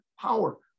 power